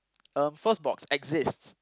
um first box exists